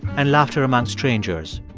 and laughter among strangers